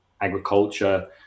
agriculture